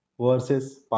versus